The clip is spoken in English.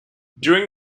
during